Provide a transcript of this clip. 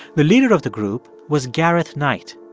the leader of the group was gareth knight.